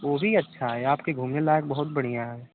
वह भी अच्छा है आपके घूमने लायक बहुत बढ़िया है